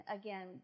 again